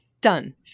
Done